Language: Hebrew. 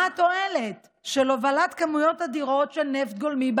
מה התועלת בעבורנו בהובלת כמויות אדירות של נפט גולמי?